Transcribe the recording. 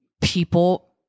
people